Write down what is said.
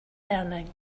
learning